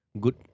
good